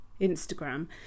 instagram